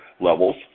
levels